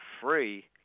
free